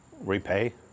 repay